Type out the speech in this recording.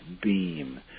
beam